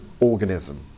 organism